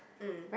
mm